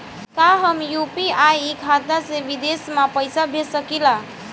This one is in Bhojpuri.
का हम यू.पी.आई खाता से विदेश म पईसा भेज सकिला?